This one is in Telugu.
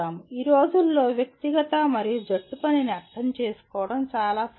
ఈ రోజుల్లో వ్యక్తిగత మరియు జట్టు పనిని అర్థం చేసుకోవడం చాలా సులభం